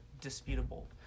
disputable